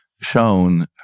shown